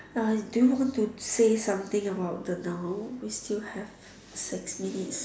uh do you want to say something about the noun we still have six minutes